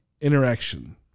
interaction